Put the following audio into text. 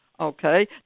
Okay